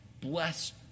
Bless